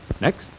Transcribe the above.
Next